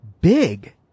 big